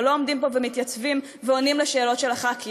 ולא עומדים פה ומתייצבים ועונים על שאלות של חברי הכנסת,